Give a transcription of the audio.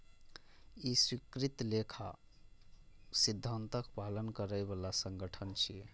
ई स्वीकृत लेखा सिद्धांतक पालन करै बला संगठन छियै